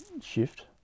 shift